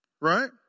right